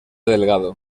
delgado